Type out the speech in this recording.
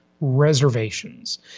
reservations